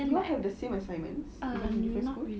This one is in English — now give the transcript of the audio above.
you all have the same assignments even different schools